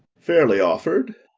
fairly offer'd.